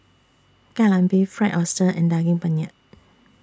Kai Lan Beef Fried Oyster and Daging Penyet